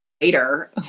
later